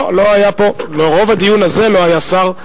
לא, רוב הדיון הזה לא היה שר.